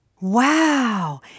Wow